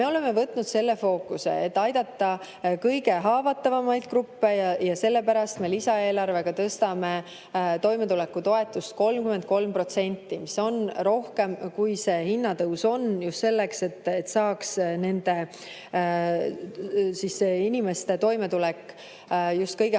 Me oleme võtnud selle fookuse, et aidata kõige haavatavamaid gruppe. Ja sellepärast me lisaeelarvega tõstame toimetulekutoetust 33%, mis on rohkem, kui see hinnatõus on, just selleks, et saaks nende inimeste toimetulek just kõige haavatavamates